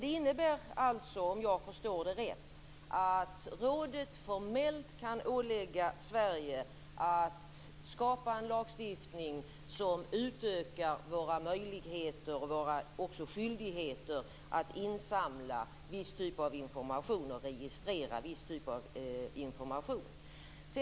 Det innebär alltså, om jag förstår det rätt, att rådet formellt kan ålägga Sverige att skapa en lagstiftning som utökar våra möjligheter och även våra skyldigheter att insamla och registrera viss typ av information.